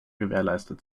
gewährleistet